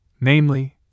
namely